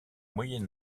moyen